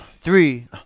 three